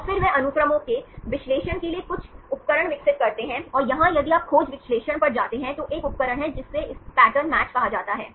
और फिर वे अनुक्रमों के विश्लेषण के लिए कुछ उपकरण विकसित करते हैं और यहां यदि आप खोज विश्लेषण पर जाते हैं तो एक उपकरण है जिसे इस पैटर्न मैच कहा जाता है